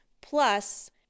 plus